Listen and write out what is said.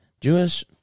Jewish